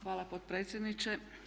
Hvala potpredsjedniče.